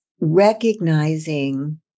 recognizing